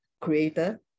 creator